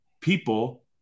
people